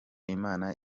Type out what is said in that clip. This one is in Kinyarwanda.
imana